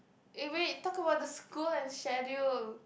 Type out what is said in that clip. eh wait talk about the school and schedule